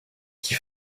qui